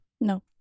No